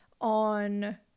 on